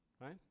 Right